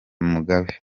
mugabe